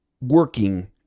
working